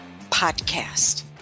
podcast